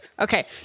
Okay